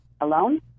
alone